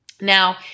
Now